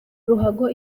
ruhago